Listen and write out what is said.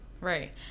right